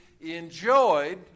enjoyed